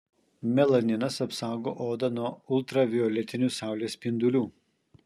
melaninas apsaugo odą nuo ultravioletinių saulės spindulių